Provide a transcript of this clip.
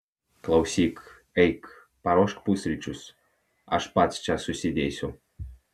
klausyk eik paruošk pusryčius aš pats čia susidėsiu